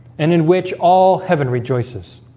and in which all heaven rejoices